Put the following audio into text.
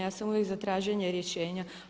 Ja sam uvijek za traženje rješenja.